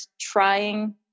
trying